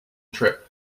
trip